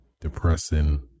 depressing